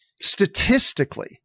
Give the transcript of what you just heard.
statistically